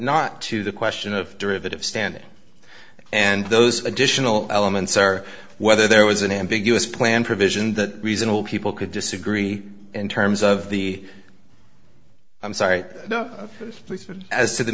not to the question of derivative standing and those additional elements or whether there was an ambiguous plan provision that reasonable people could disagree in terms of the i'm sorry as to the